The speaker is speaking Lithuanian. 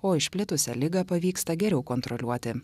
o išplitusią ligą pavyksta geriau kontroliuoti